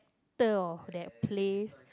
that place